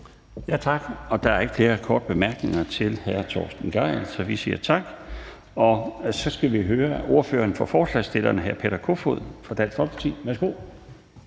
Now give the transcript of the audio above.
Tak. Der er ikke flere korte bemærkninger til hr. Torsten Gejl. Så skal vi høre ordføreren for forslagsstillerne, hr. Peter Kofod fra Dansk Folkeparti. Værsgo.